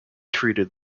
treated